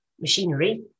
machinery